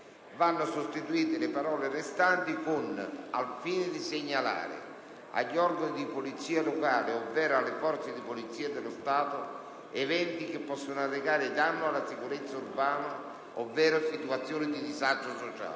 non armati» dovrebbe recitare: «al fine di segnalare agli organi di polizia locale, ovvero alle forze di polizia dello Stato, eventi che possano arrecare danno alla sicurezza urbana ovvero situazioni di disagio sociale».